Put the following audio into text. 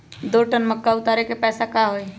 दो टन मक्का उतारे के पैसा का होई?